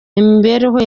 imibereho